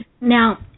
now